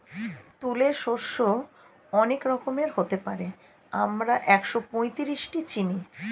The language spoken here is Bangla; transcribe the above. তুলে শস্য অনেক রকমের হতে পারে, আমরা একশোপঁয়ত্রিশটি চিনি